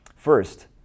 First